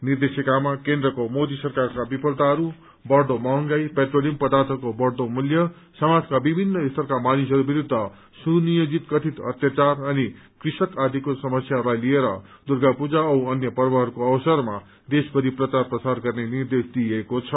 निर्देशिकामा उहाँले केन्द्रको मोदी सरकारका विफलताहरू बढ़दो महंगाई पेट्रोलियम पदार्यहरूको बढ़दो मूल्य समाजका विभिन्न स्तरका मानिसहरू विरूद्ध सुनियोजित कथित अत्याचार अनि कृषक आदिको समस्याहरूलाई लिएर दुर्गा पूजा औ अन्य पर्वहरूको अवसरमा देशभरि प्रचार प्रसार गर्ने निर्देश दिइएको छ